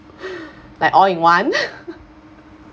like all in one